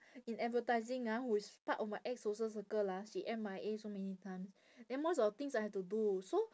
in advertising ah who is part of my ex-social circle lah she M_I_A so many times then most of the things I have to do so